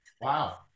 Wow